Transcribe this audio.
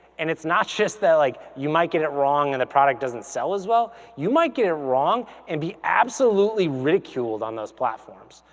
and it's not just that like you might get it wrong and the product doesn't sell as well, you might get it wrong and be absolutely ridiculed on those platforms.